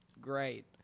great